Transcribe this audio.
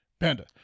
Panda